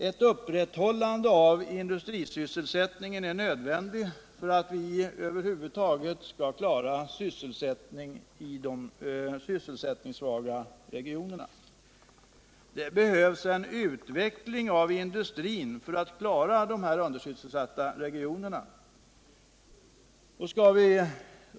Ett upprätthållande av industrisysselsättningen är nödvändigt för att vi över huvud taget skall klara sysselsättningen inom de sysselsättningssvaga regionerna. En utveckling av industrin är vidare nödvändig för att klara problemen i de undersysselsatta regionerna.